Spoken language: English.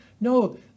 No